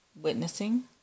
witnessing